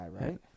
right